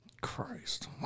Christ